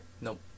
Nope